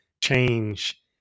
change